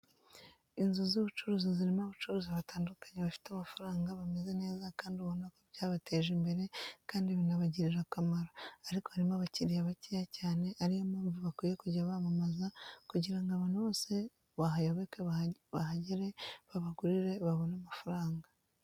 Inzu z'ubucuruzi zirimo abacuruzi batandukanye bafite amafaranga bameze neza kandi ubona ko byabateje imbere kandi binabagirira akamaro, ariko harimo abakiriya bakeya cyane ariyo mpamvu bakwiye kujya bamamaza kugira ngo abantu bose bahayoboke bahagere babagurire babone amafaranga.